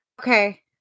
Okay